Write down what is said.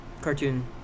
cartoon